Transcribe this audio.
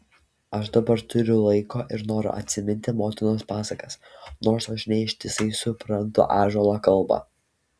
aš dabar turiu laiko ir noro atsiminti motinos pasakas nors aš ne ištisai suprantu ąžuolo kalbą